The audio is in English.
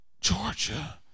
Georgia